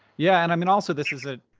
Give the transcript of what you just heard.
yeah, and i mean, also this is, ah